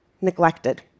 neglected